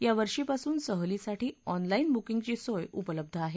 या वर्षीपासून सहलीसाठी ऑनलाईन बुकींगची सोय उपलब्ध आहे